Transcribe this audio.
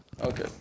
Okay